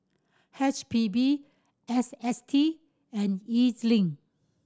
H P B S S T and E Z Link